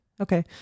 Okay